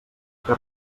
que